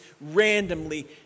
randomly